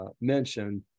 mentioned